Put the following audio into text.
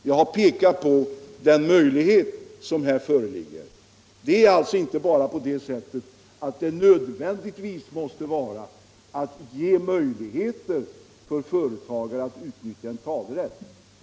Jag har pekat på den möjlighet som här föreligger, men det är inte på det sättet att företagare nödvändigtvis skall kunna utnyttja en talerätt.